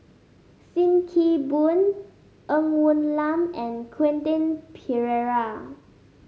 Sim Kee Boon Ng Woon Lam and Quentin Pereira